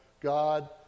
God